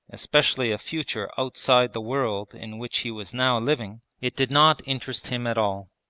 especially a future outside the world in which he was now living, it did not interest him at all.